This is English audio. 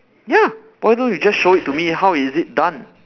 ya why don't you just show it to me how is it done